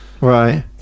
right